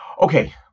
Okay